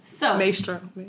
Maestro